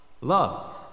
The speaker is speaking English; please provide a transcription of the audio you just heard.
Love